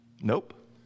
Nope